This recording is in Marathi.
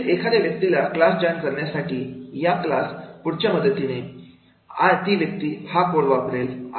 तिथे एखाद्या व्यक्तीला क्लास जॉईन करण्यासाठी या क्लास पुढच्या मदतीने ती व्यक्ती हा कोड वापरेल